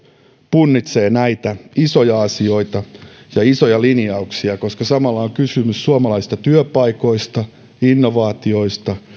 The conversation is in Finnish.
punnitsee näitä isoja asioita ja isoja linjauksia koska samalla on kysymys suomalaisista työpaikoista innovaatioista